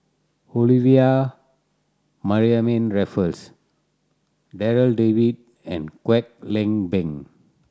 Olivia Mariamne Raffles Darryl David and Kwek Leng Beng